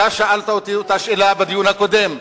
אתה שאלת אותי את אותה שאלה בדיון הקודם,